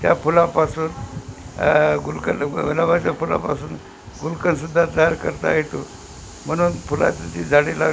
त्या फुलापासून गुलकंद गुलाबाच्या फुलापासून गुलकंदसुद्धा तयार करता येतो म्हणून फुलाची ती झाडी ला